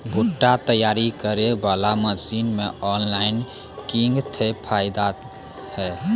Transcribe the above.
भुट्टा तैयारी करें बाला मसीन मे ऑनलाइन किंग थे फायदा हे?